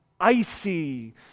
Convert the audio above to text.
icy